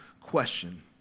question